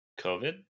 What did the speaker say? COVID